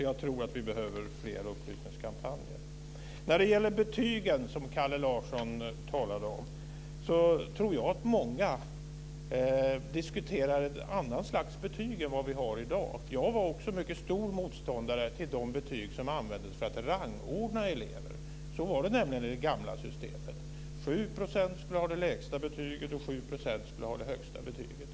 Jag tror därför att vi behöver fler upplysningskampanjer. När det gäller betygen, som Kalle Larsson talade om, tror jag att många vill diskutera ett annat slags betyg än vad vi har i dag. Också jag var mycket stor motståndare till de betyg som användes för att rangordna elever. Så var det nämligen i det gamla systemet. 7 % skulle ha det lägsta betyget, och 7 % skulle ha det högsta betyget.